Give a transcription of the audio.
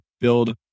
build